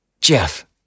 Jeff